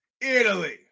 Italy